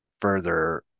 further